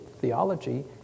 theology